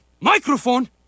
Microphone